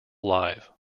live